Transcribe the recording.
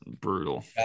Brutal